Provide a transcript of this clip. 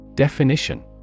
Definition